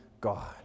God